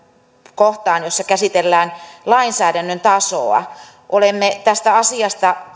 kohtaan jossa käsitellään lainsäädännön tasoa olemme tästä asiasta